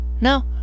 no